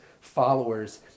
followers